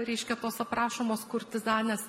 reiškia tos aprašomos kurtizanės